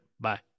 Bye